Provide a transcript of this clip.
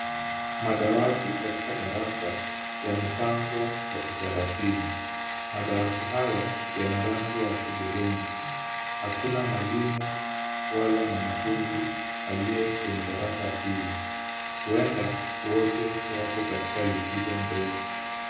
Madawati katika darasa yamepangwa kwa utaratibu. Madawati haya yanarangi ya hudhurungi. Hakuna mwalimu wala mwanafunzi aliye kwenye darasa hili, huenda wote wapo katika likizo mrefu.